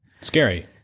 Scary